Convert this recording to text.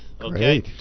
Okay